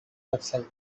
website